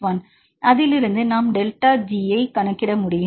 61 அதிலிருந்து நாம் delta G கணக்கிட முடியும்